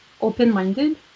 open-minded